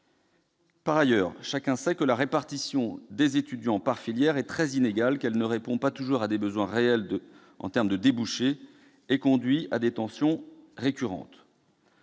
Par ailleurs, chacun le sait également, la répartition des étudiants par filière est très inégale. Elle ne répond pas toujours à des besoins réels en termes de débouchés et conduit à des tensions récurrentes.